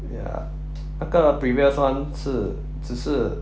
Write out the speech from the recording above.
ya 那个 previous [one] 是只是